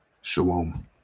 Shalom